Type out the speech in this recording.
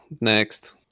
Next